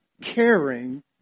Caring